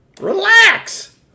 Relax